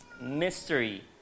mystery